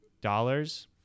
dollars